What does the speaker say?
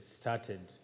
started